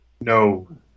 No